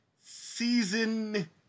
season